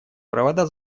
провода